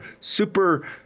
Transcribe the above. super